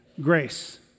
Grace